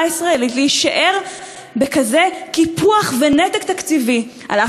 הישראלית להישאר בקיפוח ונתק תקציבי כאלה,